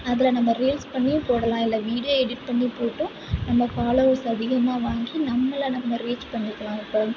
அதில் நம்ம ரீல்ஸ் பண்ணி போடலாம் இல்லை வீடியோ எடிட் பண்ணி போட்டும் நமக்கு பாலோவெர்ஸ் அதிகமாக வாங்கி நம்மள நம்ம ரீச் பண்ணிக்கலாம் இப்போது